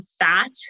fat